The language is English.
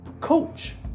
coach